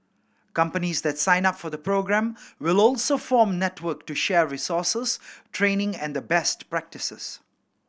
companies that sign up for the programme will also form network to share resources training and best practises